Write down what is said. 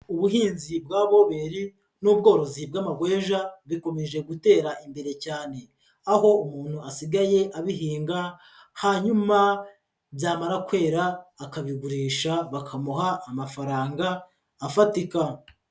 Ubuhinzi bwa boberi n'ubworozi bw'amagweja bikomeje gutera imbere cyane, aho umuntu asigaye abihinga, hanyuma byamara kwera akabigurisha bakamuha amafaranga afatika.